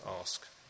ask